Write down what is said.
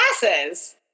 glasses